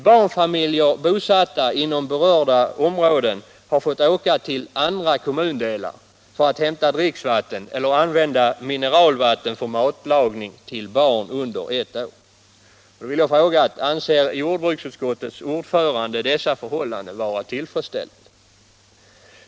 Barnfamiljer, bosatta inom berörda områden, har fått åka till andra kommundelar för att hämta dricksvatten — eller använda mineralvatten för matlagning till barn under ett år. Jag vill fråga: Anser jordbruksutskottets ordförande dessa förhållanden vara tillfredsställande?